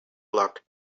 luck